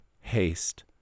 haste